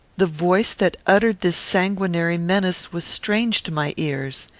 the voice that uttered this sanguinary menace was strange to my ears.